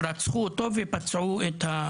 הוא נרצח והפועל נפצע.